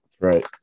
Right